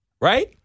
Right